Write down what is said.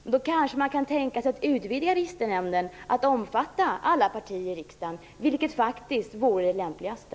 Men då kanske man kan tänka sig att utvidga Registernämnden till att omfatta alla partier i riksdagen, vilket faktiskt vore det lämpligaste.